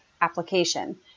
application